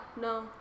no